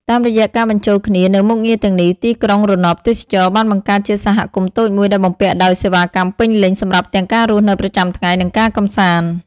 តាមរយៈការបញ្ចូលគ្នានូវមុខងារទាំងនេះ ទីក្រុងរណបទេសចរណ៍បានបង្កើតជា សហគមន៍តូចមួយ ដែលបំពាក់ដោយសេវាកម្មពេញលេញ សម្រាប់ទាំងការរស់នៅប្រចាំថ្ងៃ និងការកម្សាន្ត។